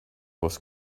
was